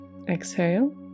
Exhale